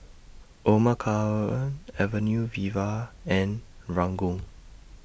Omar Khayyam Avenue Viva and Ranggung